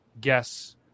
guess